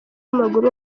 w’amaguru